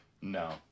No